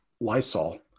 Lysol